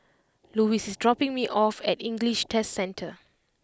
Louis is dropping me off at English Test Centre